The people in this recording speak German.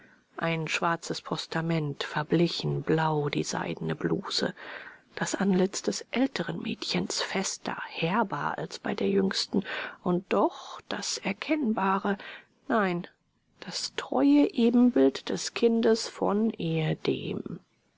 ein schwarzes postament verblichen blau die seidene bluse das antlitz des älteren mädchens fester herber als bei der jüngsten und doch das erkennbare nein das treue ebenbild des kindes von ehedem